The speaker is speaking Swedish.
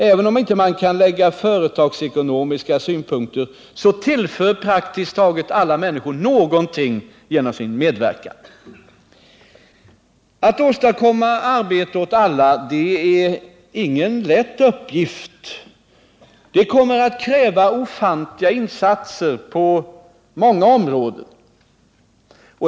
Även om man inte kan lägga företagsekonomiska synpunkter på allt tillför praktiskt taget alla människor någonting genom sin medverkan. Att åstadkomma arbete åt alla är ingen lätt uppgift. Det kommer att kräva ofantliga insatser på många områden.